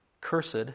Cursed